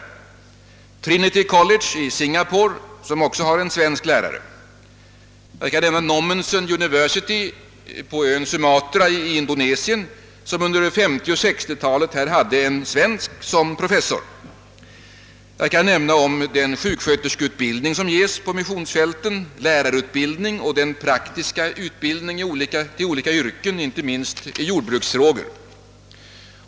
Vi har Trinity College i Singapore som också har en svensk lärare, och vidare Nommensen University på ön Sumatra i Indonesien som under 1950 och 1960 talen hade en svensk som professor. Jag vill också nämna den sjuksköterskeutbildning som ges på missionsfälten, lärarutbildningen och den praktiska utbildningen i olika yrken, inte minst inom jordbruket.